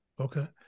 Okay